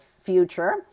future